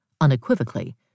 unequivocally